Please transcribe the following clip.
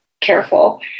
careful